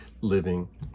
living